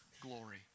glory